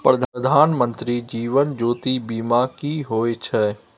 प्रधानमंत्री जीवन ज्योती बीमा की होय छै?